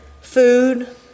food